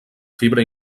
fibra